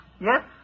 Yes